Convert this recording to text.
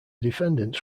defendants